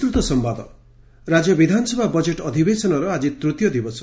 ବିଧାନସଭା ରାଜ୍ୟ ବିଧାନସଭା ବଜେଟ୍ ଅଧିବେସନର ଆକି ତୂତୀୟ ଦିବସ